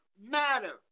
matter